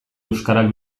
euskarak